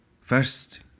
First